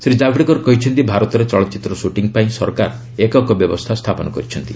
ଶ୍ରୀ ଜାବ୍ଡେକର କହିଛନ୍ତି ଭାରତରେ ଚଳଚ୍ଚିତ୍ର ଶୁଟିଂ ପାଇଁ ସରକାର ଏକକ ବ୍ୟବସ୍ଥା ସ୍ଥାପନ କରିଛନ୍ତି